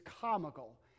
comical